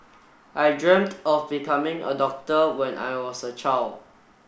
I dreamt of becoming a doctor when I was a child